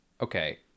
Okay